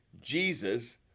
Jesus